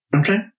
Okay